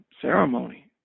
ceremony